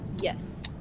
Yes